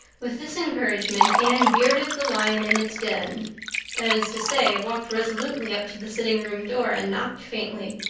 with this encouragement anne bearded the lion in its den that is to say, walked resolutely up to the sitting-room door and knocked faintly.